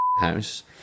house